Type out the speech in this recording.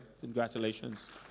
congratulations